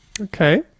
Okay